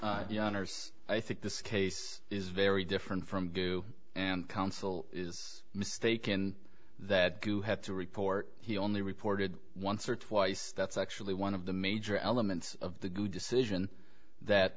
i think this case is very different from gu and counsel is mistaken that gu had to report he only reported once or twice that's actually one of the major elements of the decision that